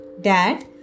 dad